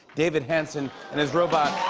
david hanson and his robot,